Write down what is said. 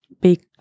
big